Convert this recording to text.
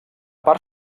part